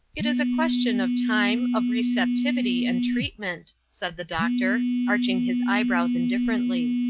it is a question of time, of receptivity, and treatment, said the doctor, arching his eyebrows indifferently.